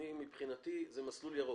השמאי ומבחינתי זה מסלול ירוק.